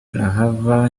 arahava